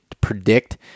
predict